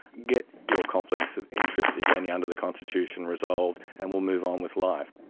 get your conflicts of interest, if any, under the constitution resolved and we'll move on with life.